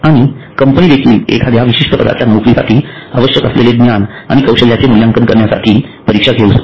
आणि कंपनी देखील एखाद्या विशिष्ट पदाच्या नोकरीसाठी आवश्यक असलेले ज्ञान आणि कौशल्यांचे मूल्यांकन करण्यासाठी परीक्षा घेवू शकते